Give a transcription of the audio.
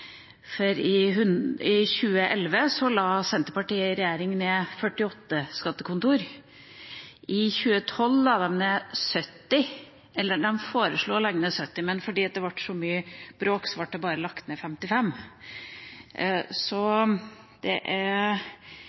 For i 2011 la Senterpartiet i regjering ned 48 skattekontor, i 2012 foreslo de å legge ned 70, men fordi det ble så mye bråk, ble det bare lagt ned 55. Så da er